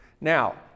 Now